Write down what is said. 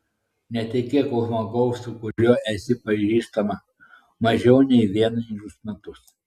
netekėk už žmogaus su kuriuo esi pažįstama mažiau nei vienerius metus